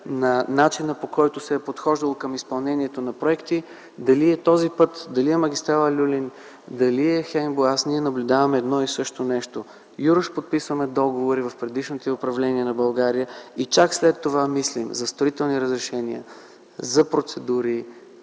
на начина, по който се подхождало към изпълнението на проекти – дали е този път, дали магистрала „Люлин”, дали Хаинбоаз, ние наблюдаваме едно и също нещо: подписваме договорите на юруш в предишните управления на България и чак след това мислим за строителни разрешения, за процедури,